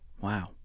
Wow